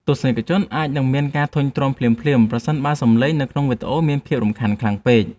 ទស្សនិកជនអាចនឹងមានការធុញទ្រាន់ភ្លាមៗប្រសិនបើសំឡេងនៅក្នុងវីដេអូមានភាពរំខានខ្លាំងពេក។